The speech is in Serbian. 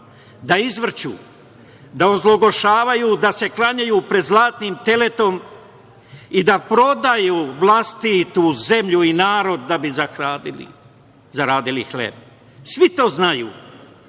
da izvrću, da ozloglašavaju, da se klanjaju pred zlatnim teletom i da prodaju vlastitu zemlju i narod da bi zaradili hleb. Svi to znaju.